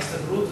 ההסתדרות,